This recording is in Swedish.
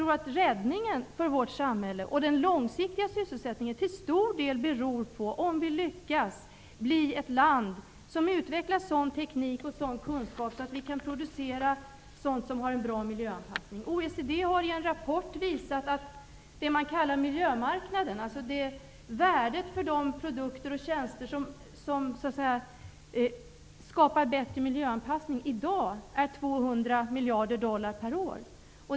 Räddningen för vårt samhälle och den långsiktiga sysselsättningen är nog till stor del beroende av om vi lyckas utveckla sådan teknik och kunskap att vi kan producera miljöanpassade produkter. OECD har i en rapport visat att värdet av de produkter och tjänster som skapar bättre miljöanpassning är 200 miljarder dollar per år -- dvs. det som brukar kallas för miljömarknaden.